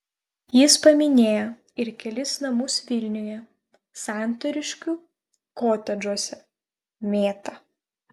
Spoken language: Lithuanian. jis paminėjo ir kelis namus vilniuje santariškių kotedžuose mėta